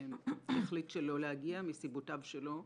שהחליט שלא להגיע מסיבותיו שלו.